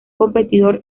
competidor